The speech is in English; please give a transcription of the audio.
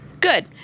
Good